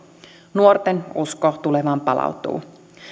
nuorten usko tulevaan palautuu